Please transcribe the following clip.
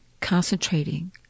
Concentrating